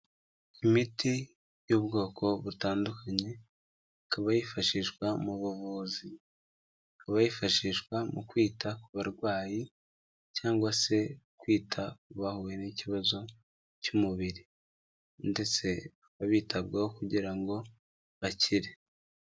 Imiti y'ubwoko butandukanye ikaba yifashishwa mu buvuzi ikaba yifashishwa mu kwita ku barwayi cyangwa se kwita ku bahuye n'ikibazo cy'umubiri ndetse bakaba bitabwaho kugira ngo bakire.